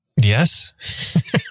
yes